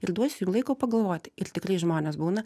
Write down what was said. ir duosiu jum laiko pagalvoti ir tikrai žmonės būna